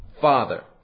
Father